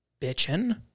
bitching